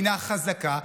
מדינה חזקה,